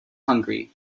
hungry